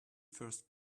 first